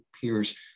peers